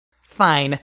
Fine